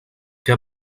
què